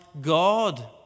God